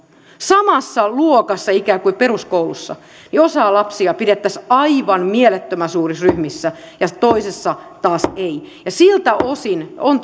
samassa luokassa ikään kuin peruskoulussa osaa lapsia pidettäisiin aivan mielettömän suurissa ryhmissä ja toisessa taas ei siltä osin on